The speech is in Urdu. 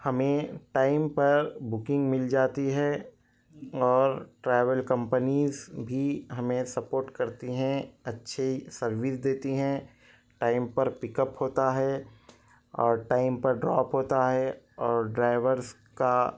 ہمیں ٹائم پر بکنگ مل جاتی ہے اور ٹریول کمپنیز بھی ہمیں سپورٹ کرتی ہیں اچھی سروس دیتی ہیں ٹائم پر پک اپ ہوتا ہے اور ٹائم پر ڈروپ ہوتا ہے اور ڈرائیورس کا